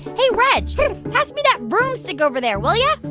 hey, reg pass me that broomstick over there, will yeah